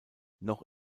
noch